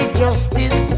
justice